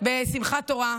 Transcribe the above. בשמחת תורה,